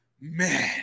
man